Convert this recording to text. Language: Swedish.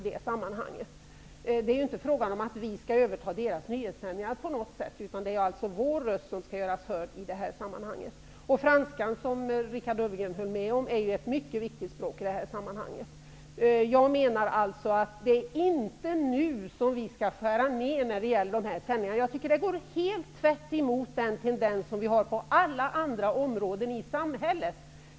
Det är inte fråga om att vi skall konkurrera med deras nyhetssändningar, utan vi skall göra vår röst hörd i detta sammanhang. Franskan är, som Richard Ulfvengren höll med om, ett mycket viktigt språk i detta sammanhang. Jag menar alltså att det inte är nu som vi skall skära ned dessa sändningar. Det går tvärt emot tendensen på alla andra områden i samhället.